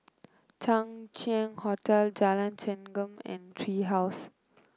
Chang Ziang Hotel Jalan Chengam and Tree House